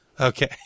Okay